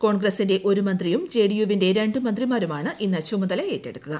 കോൺഗ്രസ്സിന്റെ ഒരു മന്ത്രിയും ജെ ഡി യു വിന്റെ രണ്ട് മന്ത്രിമാരുമാണ് ഇന്ന് ചുമതലയേറ്റെടുക്കുക